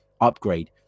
upgrade